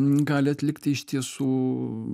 gali atlikti iš tiesų